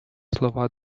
слова